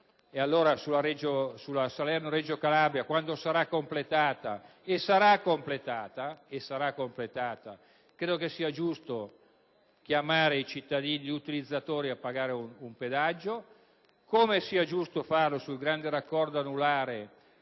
Allora, sulla Salerno-Reggio Calabria, quando sarà completata (e sarà completata), ritengo che sia giusto chiamare gli utilizzatori a pagare un pedaggio, come sia giusto farlo sul Grande raccordo anulare